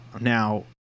Now